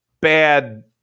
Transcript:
bad